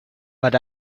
but